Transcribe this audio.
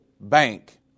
Bank